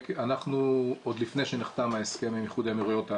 עוד לפני שנחתם ההסכם עם איחוד האמירויות,